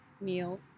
meal